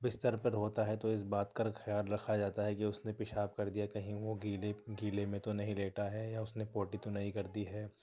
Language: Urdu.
بستر پر ہوتا ہے تو اِس بات کا خیال رکھا جاتا ہے کہ اُس نے پیشاب کر دیا کہیں وہ گیلے گیلے میں تو نہیں لیٹا ہے یا اُس نے پوٹی تو نہیں کر دی ہے